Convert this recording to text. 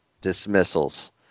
dismissals